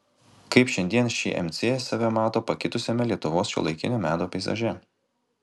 kaip šiandien šmc save mato pakitusiame lietuvos šiuolaikinio meno peizaže